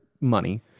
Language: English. money